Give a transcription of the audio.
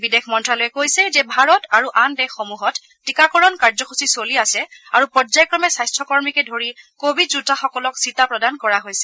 বিদেশ মন্ত্যালয়ে কৈছে যে ভাৰত আৰু আন দেশসমূহত টীকাকৰণ কাৰ্যসূচী চলি আছে আৰু পৰ্যায়ক্ৰমে স্বাস্থকৰ্মীকে ধৰি কোভিড যোদ্ধাসকলক ছিটা প্ৰদান কৰা হৈছে